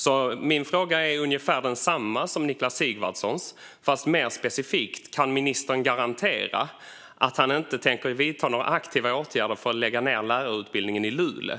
Så min fråga är ungefär densamma som Niklas Sigvardssons fast mer specifik: Kan ministern garantera att han inte tänker vidta några aktiva åtgärder för att lägga ned lärarutbildningen i Luleå?